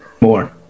More